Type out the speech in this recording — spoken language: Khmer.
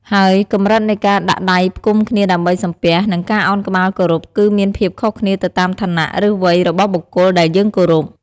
ហើយកម្រិតនៃការដាក់ដៃផ្គុំគ្នាដើម្បីសំពះ និងការឱនក្បាលគោរពគឺមានភាពខុសគ្នាទៅតាមឋានៈ ឬវ័យរបស់បុគ្គលដែលយើងគោរព។